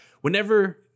whenever